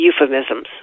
euphemisms